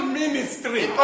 ministry